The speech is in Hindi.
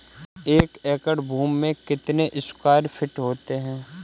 एक एकड़ भूमि में कितने स्क्वायर फिट होते हैं?